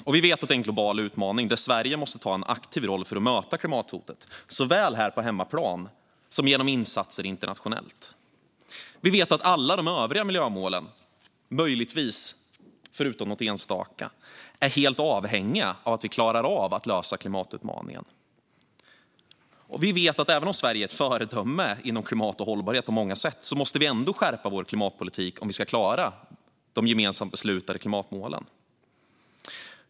Vi vet att det är en global utmaning, där Sverige måste ta en aktiv roll för att möta klimathotet genom insatser såväl på hemmaplan som internationellt. Vi vet att alla de övriga miljömålen, förutom möjligtvis något enstaka, är avhängiga av att vi klarar att lösa klimatutmaningen. Och vi vet att även om Sverige på många sätt är ett föredöme inom klimat och hållbarhet måste vi ändå skärpa vår klimatpolitik om vi ska klara de gemensamt beslutade klimatmålen.